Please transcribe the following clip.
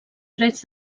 drets